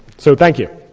so thank you.